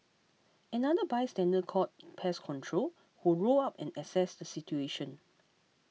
another bystander called pest control who rolled up and assessed the situation